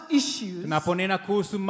issues